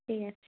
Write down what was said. ঠিক আছে